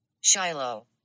shiloh